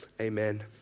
Amen